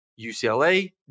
UCLA